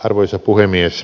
arvoisa puhemies